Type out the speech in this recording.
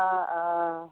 অঁ অঁ